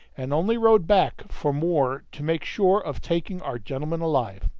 and only rode back for more to make sure of taking our gentlemen alive.